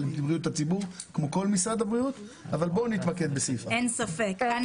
בריאות הציבור כמו כל משרד הבריאות אבל בואו נתמקד בסעיף הזה.